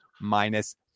minus